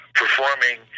performing